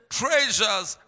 treasures